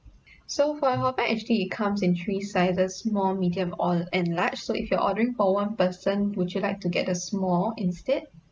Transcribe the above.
so for our packs actually it comes in three sizes small medium or and large so if you're ordering for one person would you like to get the small instead